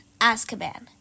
Azkaban